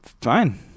Fine